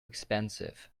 expensive